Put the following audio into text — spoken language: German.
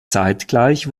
zeitgleich